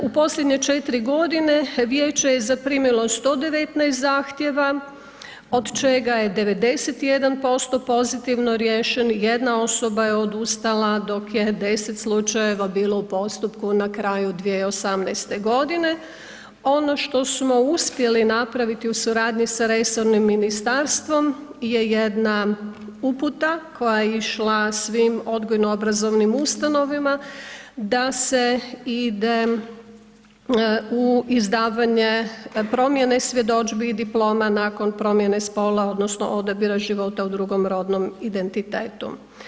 U posljednje 4 g. vijeće je zaprimilo 119 zahtjeva od čega je 91% pozitivno riješenih, jedna osoba je odustala dok je 10 slučajeva bilo u postupku na kraju 2018. g. Ono što smo uspjeli napraviti u suradnji sa resornim ministarstvom je jedna uputa koja je išla svim odgojno-obrazovnim ustanovama da se ide u izdavanje promjene svjedodžbi i diploma nakon promjene spola odnosno odabira života u drugom rodnom identitetu.